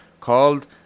called